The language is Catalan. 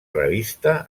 revista